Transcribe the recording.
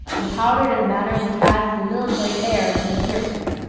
and powdered in a manner which adds to the military air of his appearance.